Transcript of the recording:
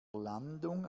landung